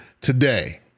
today